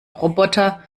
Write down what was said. roboter